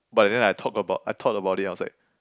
but then I talk about I thought about it I was like